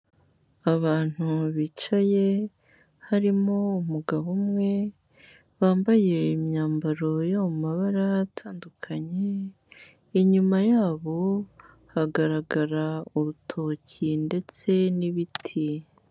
Abantu bicaye, harimo umugabo umwe, wambaye imyambaro yo mu mabara atandukanye, inyuma yabo, hagaragara urutoki ndetse n'ibiti.